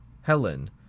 Helen